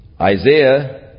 Isaiah